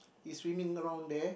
is swimming around there